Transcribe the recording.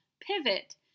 Pivot